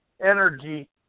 energy